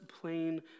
plain